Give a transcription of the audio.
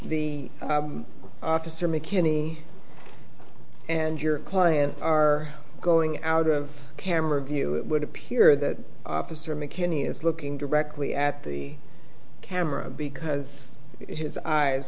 the officer mckinney and your client are going out of camera view it would appear that officer mckinney is looking directly at the camera because his eyes